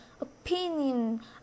opinion